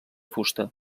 fusta